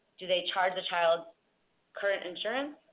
do they charge the child's current insurance?